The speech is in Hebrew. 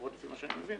לפחות לפי מה שאני מבין